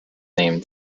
named